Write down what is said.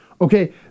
Okay